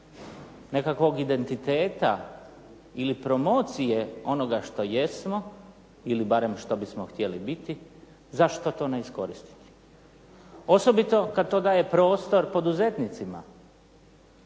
nekakvog identiteta ili promocije onoga što jesmo ili barem onoga što bismo htjeli biti, zašto to ne iskoristiti. Osobito kada to daje prostor poduzetnicima